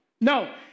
No